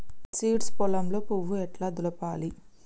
Seeds పొలంలో పువ్వు ఎట్లా దులపాలి?